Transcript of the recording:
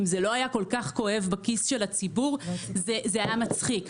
אם זה לא היה כל כך כואב בכיס של הציבור זה היה מצחיק.